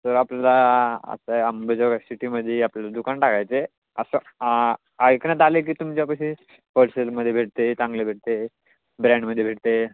तर आपल्याला आता अंबेजोगाई सिटीमध्ये आपल्याला दुकान टाकायचे आहे असं ऐकण्यात आलं आहे की तुमच्यापाशी होलसेलमध्ये भेटते चांगले भेटते ब्रँडमध्ये भेटते